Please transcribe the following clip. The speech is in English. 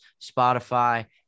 Spotify